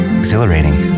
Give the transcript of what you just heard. exhilarating